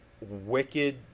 wicked